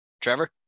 Trevor